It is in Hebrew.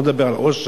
אני לא מדבר על עושר,